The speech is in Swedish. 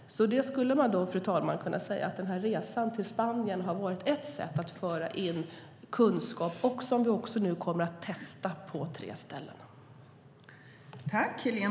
Man skulle kunna säga att resan till Spanien har varit ett sätt att föra in kunskap som vi nu kommer att testa på tre ställen.